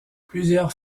plusieurs